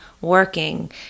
working